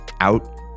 out